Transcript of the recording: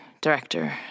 Director